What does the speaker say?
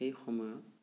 এই সময়ত